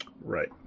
Right